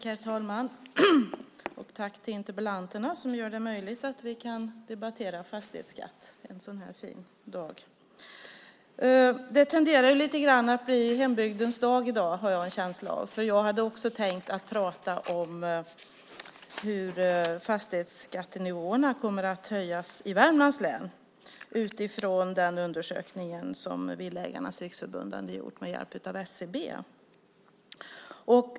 Herr talman! Först vill jag tacka interpellanterna som gör det möjligt för oss att en sådan här fin dag debattera fastighetsskatten. Lite grann tenderar det att här i dag bli hembygdens dag, har jag en känsla av. Också jag tänker tala om hur fastighetsskattenivåerna kommer att höjas i Värmlands län - detta utifrån den undersökning som Villaägarnas Riksförbund har gjort med hjälp av SCB.